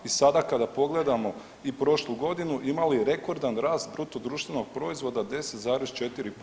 I sada kada pogledamo i prošlu godinu imali rekordan rast bruto društvenog proizvoda 10,4%